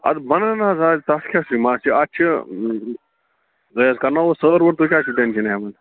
اَدٕ بَنن حظ اَز تَتھ کیٛاہ چھُ ما چھِ اَتھ چھِ تۄہہِ حظ کَرنٲوٕ سٲر وٲر تُہۍ کیٛازِ چھُو ٹٮ۪نشَن ہٮ۪وان